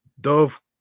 Dove